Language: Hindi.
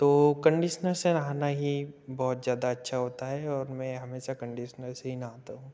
तो कंडीसनर से नहाना ही बहुत जादा अच्छा होता है और मैं हमेशा कंडीसनर से ही नहाता हूँ